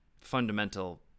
fundamental